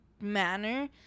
manner